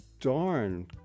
darn